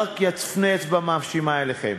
רק יפנה אצבע מאשימה אליכם.